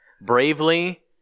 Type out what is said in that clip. bravely